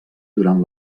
durant